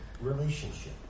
relationship